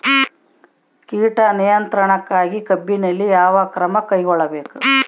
ಕೇಟ ನಿಯಂತ್ರಣಕ್ಕಾಗಿ ಕಬ್ಬಿನಲ್ಲಿ ಯಾವ ಕ್ರಮ ಕೈಗೊಳ್ಳಬೇಕು?